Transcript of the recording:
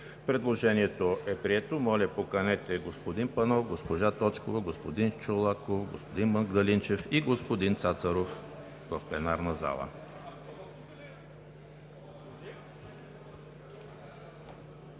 Предложението е прието. Моля, поканете господин Панов, госпожа Точкова, господин Чолаков, господин Магдалинчев и господин Цацаров в пленарната зала.